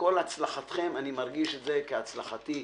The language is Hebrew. וכל הצלחתכם אני מרגיש אותה כהצלחתי,